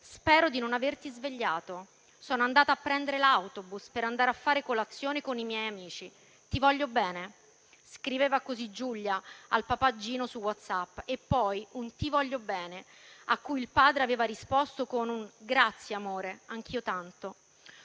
«Spero di non averti svegliato. Sono andata a prendere l'autobus per andare a fare colazione con i miei amici. Ti voglio bene». Scriveva così Giulia al papà Gino su WhatsApp. E poi, a quel «Ti voglio bene», il padre aveva risposto con un «Grazie amore. Anch'io, tanto».